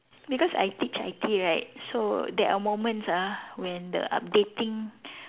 because I teach I_T right so there are moments ah when the updating